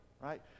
right